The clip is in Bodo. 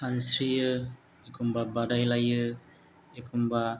सानस्रियो एखनबा बादायलायो एखनबा